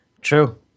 True